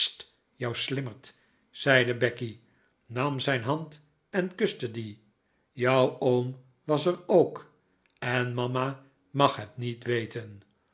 jou slimmerd zeide becky nam zijn hand en kuste die jouw oom was er ook en mama mag het niet weten